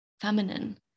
feminine